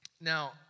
Now